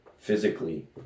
Physically